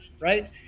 right